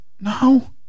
No